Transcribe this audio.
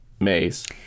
Maze